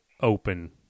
open